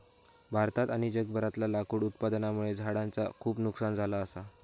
भारतात आणि जगभरातला लाकूड उत्पादनामुळे झाडांचा खूप नुकसान झाला असा